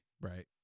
right